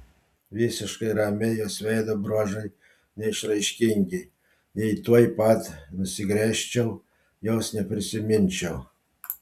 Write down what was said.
visiškai ramiai jos veido bruožai neišraiškingi jei tuoj pat nusigręžčiau jos neprisiminčiau